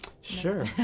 Sure